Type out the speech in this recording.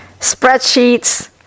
spreadsheets